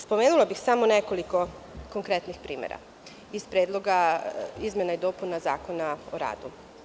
Spomenula bih samo nekoliko konkretnih primera iz Predloga izmena i dopuna Zakona o radu.